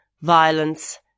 violence